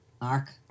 Mark